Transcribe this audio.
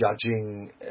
judging